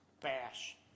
bash